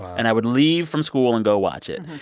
and i would leave from school and go watch it.